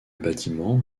bâtiment